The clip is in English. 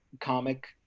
comic